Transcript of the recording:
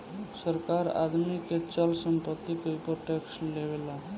सरकार आदमी के चल संपत्ति के ऊपर टैक्स लेवेला